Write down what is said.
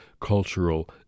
cultural